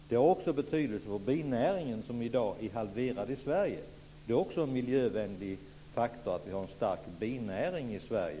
Det har också betydelse för binäringen, som i dag är halverad i Sverige. Det är också en miljövänlig faktor att vi har en stark binäring i Sverige.